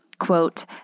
Quote